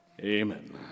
Amen